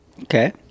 Okay